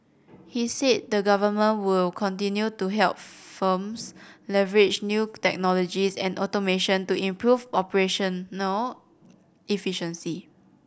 he said the government will continue to help firms leverage new technologies and automation to improve operational no efficiency